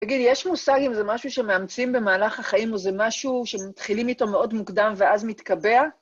תגיד, יש מושג אם זה משהו שמאמצים במהלך החיים או זה משהו שמתחילים איתו מאוד מוקדם ואז מתקבע?